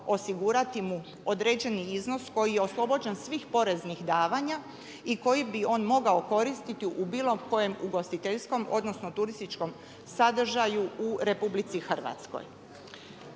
osigurati mu određeni iznos koji je oslobođen svih poreznih davanja i koji bi on mogao koristiti u bilo kojem ugostiteljskom, odnosno turističkom sadržaju u Republici Hrvatskoj.